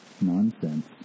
nonsense